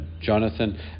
Jonathan